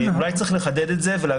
אולי צריך לחדד את זה.